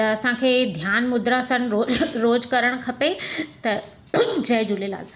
त असांखे ध्यानु मुद्रा सां रोज़ु रोज़ु करणु खपे त जय झूलेलाल